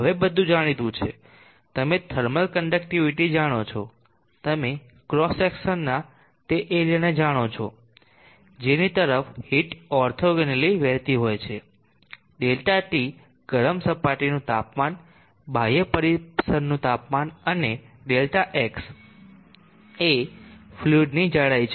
હવે બધું જાણીતું છે તમે થર્મલ કન્ડકટીવીટી જાણો છો તમે ક્રોસ સેક્શનના તે એરિયાને જાણો છો કે જેની તરફ હીટ ઓર્થોગોનલી વહેતી હોય છે ΔT ગરમ સપાટીનું તાપમાન બાહ્ય પરિસરનું તાપમાન અને Δx એ ફ્લુઈડની જાડાઈ છે